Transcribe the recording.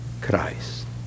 Christ